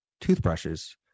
toothbrushes